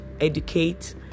educate